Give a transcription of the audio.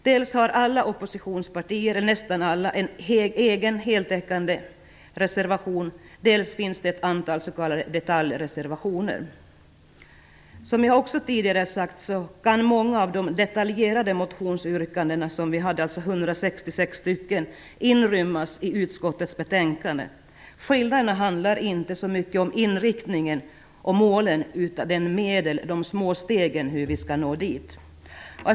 Dels har nästan alla oppositionspartier en egen heltäckande reservation, dels finns det ett antal s.k. detaljreservationer. Som jag också tidigare har sagt kan många av de detaljerade motionsyrkandena - vi hade Skillnaderna handlar inte så mycket om inriktningen och målen, utan om medlen, de små stegen att nå dit.